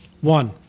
One